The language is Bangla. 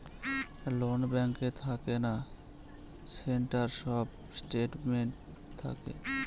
লোন ব্যাঙ্কে থাকে না, সেটার সব স্টেটমেন্ট থাকে